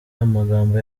amagambo